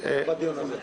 לא בדיון הזה.